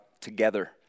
together